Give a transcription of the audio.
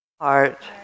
Heart